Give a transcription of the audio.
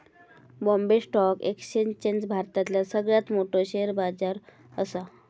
Bombay stock exchange भारतातला सगळ्यात मोठो शेअर बाजार असा